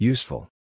Useful